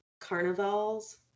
carnivals